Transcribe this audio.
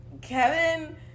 Kevin